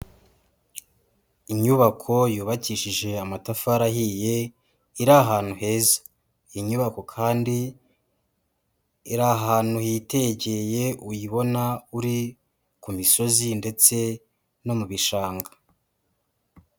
Inyubako yubakishije amatafari ahiye iri ahantu heza, iyi nyubako kandi iri ahantu hitegeye uyibona uri ku misozi ndetse no mu bishanga.